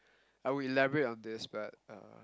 I would elaborate on this but uh